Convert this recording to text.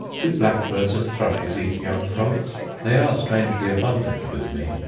do blackbirds and thrushes eat young frogs? they are strangely abundant with me.